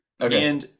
Okay